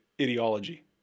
ideology